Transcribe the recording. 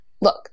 Look